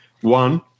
One